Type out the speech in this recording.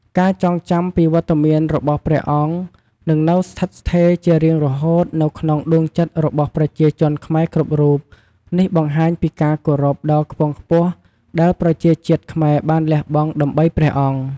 ការចងចាំពីវត្តមានរបស់ព្រះអង្គនឹងនៅស្ថិតស្ថេរជារៀងរហូតនៅក្នុងដួងចិត្តរបស់ប្រជាជនខ្មែរគ្រប់រូប នេះបង្ហាញពីការគោរពដ៏ខ្ពង់ខ្ពស់ដែលប្រជាជាតិខ្មែរបានលះបង់ដើម្បីព្រះអង្គ។